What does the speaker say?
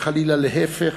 וחלילה להפך: